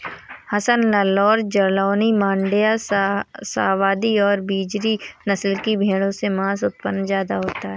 हसन, नैल्लोर, जालौनी, माण्ड्या, शाहवादी और बजीरी नस्ल की भेंड़ों से माँस उत्पादन ज्यादा होता है